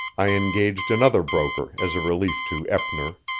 i engaged another broker as a relief to eppner,